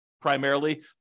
primarily